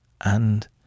And—